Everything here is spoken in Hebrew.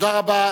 תודה רבה.